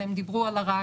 אבל הם דיברו על הרעש,